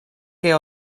que